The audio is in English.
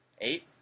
Eight